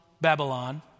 Babylon